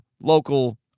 local